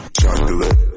Chocolate